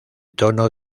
tono